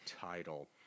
Title